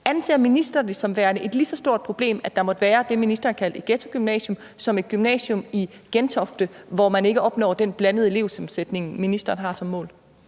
Anser ministeren det som værende et lige så stort problem, at der måtte være det, ministeren kaldte et ghettogymnasium, som at der er et gymnasium i Gentofte, hvor man ikke opnår den blandede elevsammensætning, ministeren har som mål?